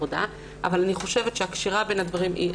אבל אני חושבת שהקשירה בין הדברים היא,